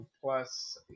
plus